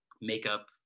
makeup